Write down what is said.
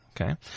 Okay